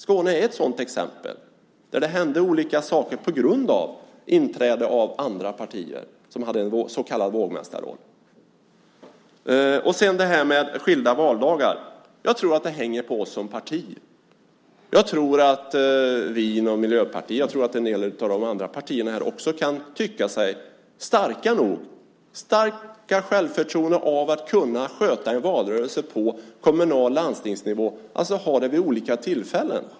Skåne är ett sådant exempel. Det händer olika saker på grund av inträde av andra partier som har en så kallad vågmästarroll. Sedan det här med skilda valdagar. Jag tror att det hänger på oss som parti. Jag tror att vi inom Miljöpartiet och också en del av de andra partierna kan vara starka nog att kunna sköta valrörelser på kommunal nivå och landstingsnivå och ha dem vid olika tillfällen.